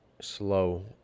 slow